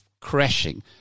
crashing